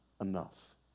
enough